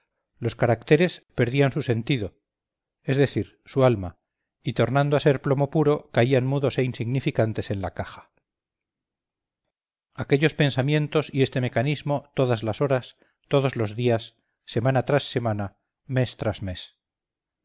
los caracteres perdían su sentido es decir su alma y tornando a ser plomo puro caían mudos e insignificantes en la caja aquellos pensamientos y este mecanismo todas las horas todos los días semana tras semana mes tras mes